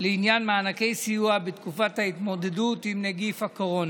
לעניין מענקי סיוע בתקופת ההתמודדות עם נגיף הקורונה.